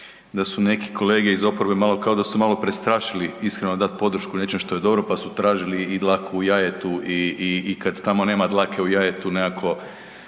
da su neki kolege iz oporbe, malo, kao su se malo prestrašili iskreno dati podršku nečemu što je dobro pa su tražili i dlaku u jajetu i kad tamo nema dlake u jajetu, nekako,